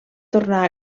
tornar